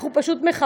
אנחנו פשוט מכבדים.